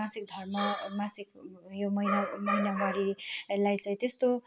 मासिक धर्म मासिक यो महिना महिनामारी यसलाई चाहिँ त्यस्तो